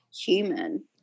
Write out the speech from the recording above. human